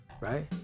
right